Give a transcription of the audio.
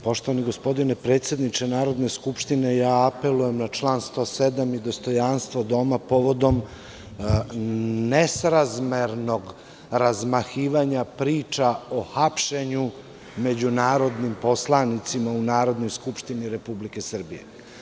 Poštovani gospodine predsedniče Narodne skupštine, apelujem na član 107. i dostojanstvo doma povodom nesrazmernog razmahivanja priča o hapšenju među narodnim poslanicima u Narodnoj skupštini Republike Srbije.